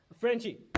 Frenchie